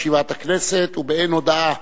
הכנסת, ובאין הודעה